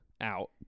out